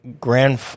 Grand